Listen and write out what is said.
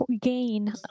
gain